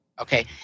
Okay